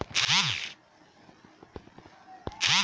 स्वास्थ्य बीमा के अंदर हमार पूरा परिवार का सदस्य आई?